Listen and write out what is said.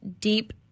deep